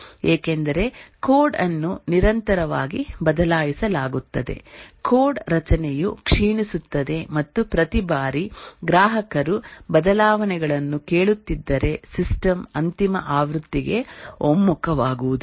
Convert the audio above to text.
ಏಕೆಂದರೆ ಕೋಡ್ ಅನ್ನು ನಿರಂತರವಾಗಿ ಬದಲಾಯಿಸಲಾಗುತ್ತದೆ ಕೋಡ್ ರಚನೆಯು ಕ್ಷೀಣಿಸುತ್ತದೆ ಮತ್ತು ಪ್ರತಿ ಬಾರಿ ಗ್ರಾಹಕರು ಬದಲಾವಣೆಗಳನ್ನು ಕೇಳುತ್ತಿದ್ದರೆ ಸಿಸ್ಟಮ್ ಅಂತಿಮ ಆವೃತ್ತಿಗೆ ಒಮ್ಮುಖವಾಗುವುದಿಲ್ಲ